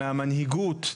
מהמנהיגות,